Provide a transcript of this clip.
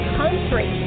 country